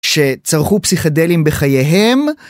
שצרכו פסיכדלים בחייהם.